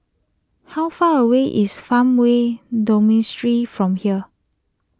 how far away is Farmway Dormitory from here